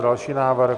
Další návrh?